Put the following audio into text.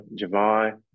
Javon